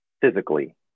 physically